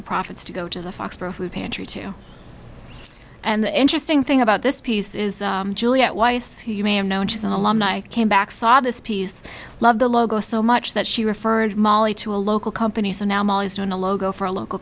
the profits to go to the foxboro food pantry too and the interesting thing about this piece is juliette weiss who you may have known she's an alumni came back saw this piece loved the logo so much that she referred molly to a local company so now i'm always doing a logo for a local